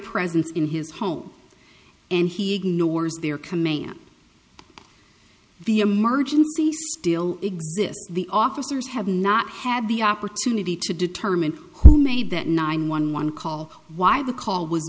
presence in his home and he ignores their commands the emergency still exists the officers have not had the opportunity to determine who made that nine one one call why the call was